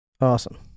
Awesome